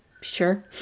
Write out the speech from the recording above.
Sure